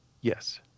Yes